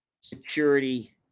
security